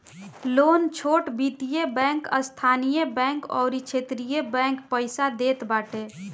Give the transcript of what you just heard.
loan छोट वित्तीय bank, स्थानीय बैंक अउरी क्षेत्रीय बैंक पईसा देत बाटे